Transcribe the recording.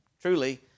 truly